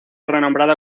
renombrada